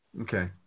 Okay